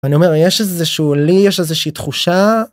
אני אומר יש איזשהו.. לי יש איזושהי תחושה.